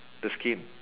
the skin